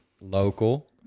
Local